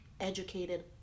educated